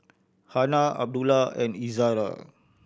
Hana Abdullah and Izzara